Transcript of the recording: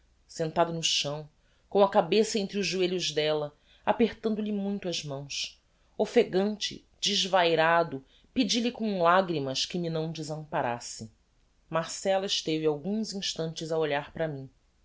sentado no chão com a cabeça entre os joelhos della apertando-lhe muito as mãos offegante desvairado pedi-lhe com lagrymas que me não desamparasse marcella esteve alguns instantes a olhar para mim